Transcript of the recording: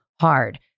hard